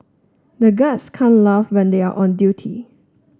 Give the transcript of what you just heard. the guards can't laugh when they are on duty